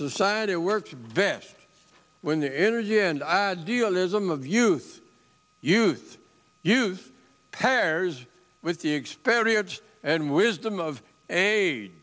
society works then when the energy and idealism of youth youth youth pairs with the experience and wisdom